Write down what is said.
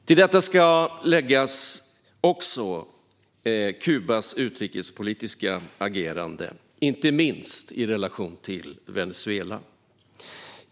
Till detta ska läggas Kubas utrikespolitiska agerande, inte minst i relation till Venezuela.